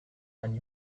ein